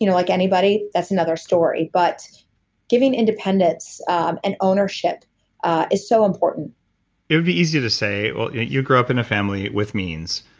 you know like anybody, that's another story but giving independence um and ownership ah is so important it would be easier to say you grew up in a family with means,